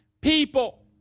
people